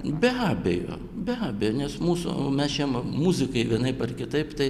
be abejo be abejo nes mūsų mes šeima muzikai vienaip ar kitaip tai